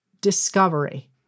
discovery